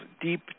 deep